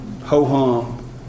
ho-hum